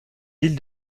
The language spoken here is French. ville